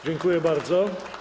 Dziękuję bardzo.